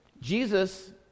Jesus